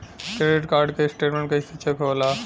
Credit card के स्टेटमेंट कइसे चेक होला?